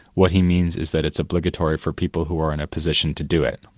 what he means is that it's obligatory for people who are in a position to do it,